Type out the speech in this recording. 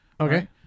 Okay